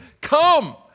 come